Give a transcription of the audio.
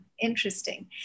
Interesting